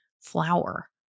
flower